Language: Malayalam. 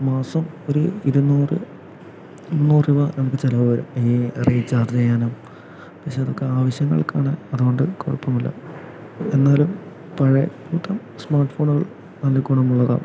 മാസം ഒരു ഇരുന്നൂറ് മുന്നൂറ് രൂപ നമുക്ക് ചിലവ് വരും ഈ റീച്ചാർജ് ചെയ്യാനും പക്ഷെ അതൊക്കെ ആവശ്യങ്ങൾക്കാണ് അതുകൊണ്ട് കുഴപ്പമൊന്നുമില്ല എന്നാലും പഴയ സ്മാർട്ട് ഫോണുകൾ നല്ല ഗുണമുള്ളതാണ്